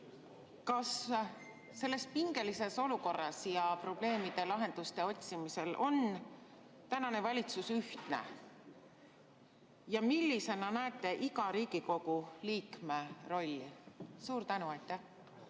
Kas selles pingelises olukorras ja probleemidele lahenduste otsimisel on tänane valitsus ühtne? Millisena näete iga Riigikogu liikme rolli? Suur aitäh, austatud